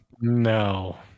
No